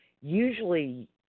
usually